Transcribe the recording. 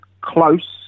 close